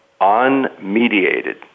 unmediated